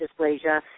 dysplasia